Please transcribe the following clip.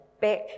back